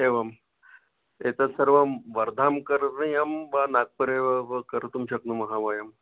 एवम् एतद् सर्वं वर्धां करणीयं वा नाग्पुरे एव वा कर्तुं शक्नुमः वयं